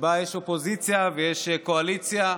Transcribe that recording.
שבה יש אופוזיציה ויש קואליציה,